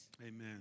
Amen